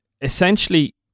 essentially